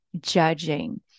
judging